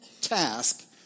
task